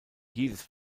jedes